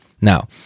Now